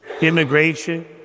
immigration